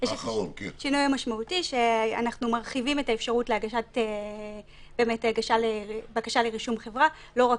אנחנו מרחיבים את האפשרות להגשת בקשה לרישום חברה לא רק